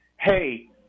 hey